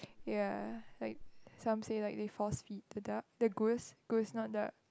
ya like some say like they force feed the duck the goose goose not duck